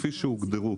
כפי שהוגדרו,